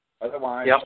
Otherwise